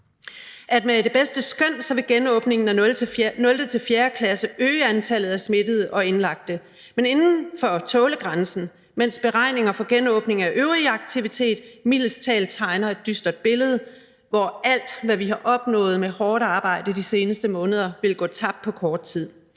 Med det bedste skøn vil genåbningen af 0.-4. klasse øge antallet af smittede og indlagte, men inden for tålegrænsen, mens beregninger for genåbning af øvrig aktivitet mildest talt tegner et dystert billede, hvor alt, hvad vi har opnået med hårdt arbejde de seneste måneder, vil gå tabt på kort tid.